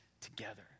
together